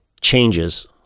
changes